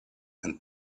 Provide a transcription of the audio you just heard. and